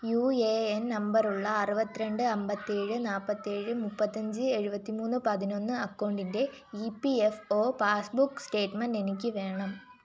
U A N നമ്പറുള്ള അറുപത്തി രണ്ട് അമ്പത്തി ഏഴ് നാൽപ്പത്തി ഏഴ് മുപ്പത്തി അഞ്ച് എഴുപത്തി മൂന്ന് പതിനൊന്ന് അക്കൗണ്ടിന്റെ E P F O passbook statement എനിക്ക് വേണം